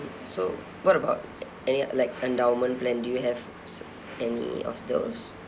so what about any like endowment plan do you have s~ any of those